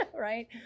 Right